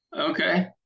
Okay